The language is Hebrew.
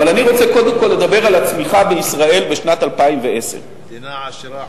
אבל אני רוצה קודם כול לדבר על הצמיחה בישראל בשנת 2010. רבותי,